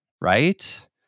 right